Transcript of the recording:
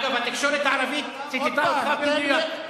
אגב, התקשורת הערבית ציטטה אותך במדויק.